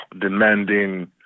demanding